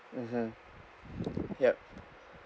mmhmm yup